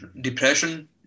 Depression